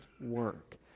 work